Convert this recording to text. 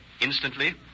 instantly